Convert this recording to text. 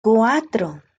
cuatro